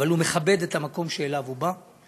אבל הוא מכבד את המקום שאליו הוא בא.